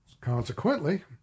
Consequently